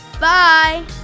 Bye